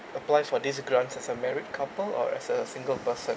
apply for this grants as a married couple or as a single person